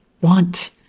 want